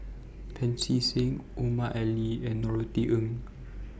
Pancy Seng Omar Ali and Norothy Ng